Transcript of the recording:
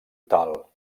tal